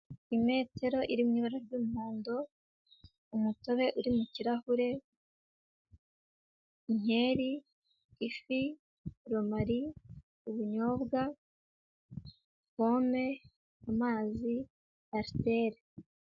Imetero iri mu ibara ry'umuhondo, umutobe uri mu kirahure, inkeri, ifi, romari, ubunyobwa, pome, amazi, ariteri.